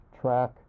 track